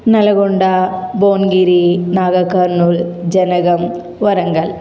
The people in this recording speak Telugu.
నల్లగొండ భువన్గిరి నాగర్ కర్నూల్ జనగాం వరంగల్